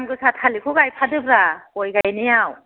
दाम गोसा थालिरखौ गायफादोब्रा गय गायनायाव